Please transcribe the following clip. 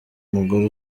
mugore